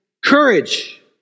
Courage